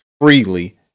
freely